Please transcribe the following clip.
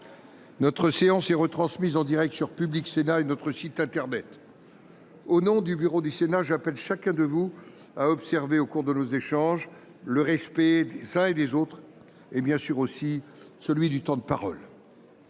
Notre séance est retransmise en direct sur Public Sénat et notre site internet. Au nom du Bureau du Sénat, j'appelle chacun de vous à observer au cours de nos échanges le respect des uns et des autres et bien sûr aussi celui du temps de parole.